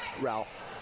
Ralph